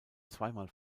zweimal